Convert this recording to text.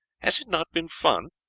has it not been fun?